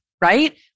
right